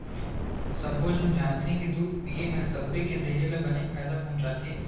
सब्बो झन जानथें कि दूद पिए हर सबे के देह ल बने फायदा पहुँचाथे